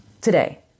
today